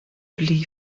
pli